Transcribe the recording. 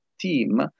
team